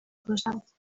باشد